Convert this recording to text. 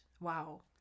Wow